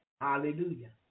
Hallelujah